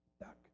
Duck